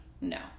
No